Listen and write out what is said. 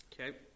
Okay